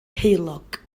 heulog